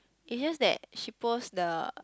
it's just that she post the